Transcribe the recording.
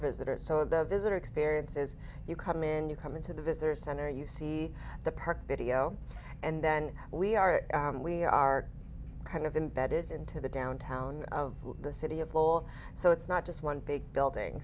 visitor so the visitor experience is you come in you come into the visitor center you see the park video and then we are we are kind of embedded into the downtown of the city of law so it's not just one big building